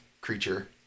creature